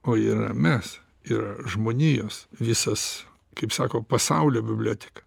o yra mes yra žmonijos visas kaip sako pasaulio biblioteka